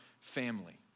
family